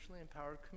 empowered